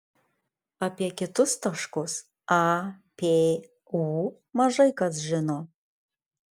apie kitus taškus a p u mažai kas žino